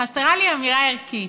חסרה לי אמירה ערכית.